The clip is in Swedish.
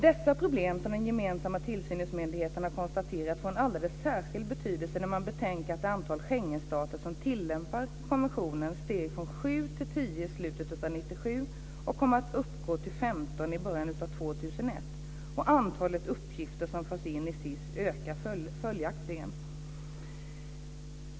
Dessa problem som Gemensamma tillsynsmyndigheten har konstaterat får en alldeles särskild betydelse när man betänker att det antal Schengenstater som tillämpar konventionen steg från 7 till 10 i slutet av 1997 och kommer att uppgå till 15 i början av 2001. Antalet uppgifter som förs in i SIS ökar följaktligen."